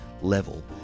level